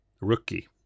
rookie